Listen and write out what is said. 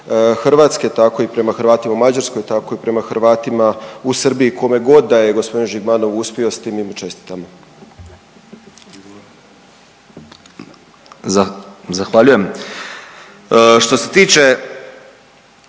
Hrvatske tako i prema Hrvatima u Mađarskoj, tako i prema Hrvatima u Srbiji. Kome god da je gospodin Žigmanov uspio s tim mi mu čestitamo. **Pavliček,